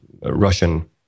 Russian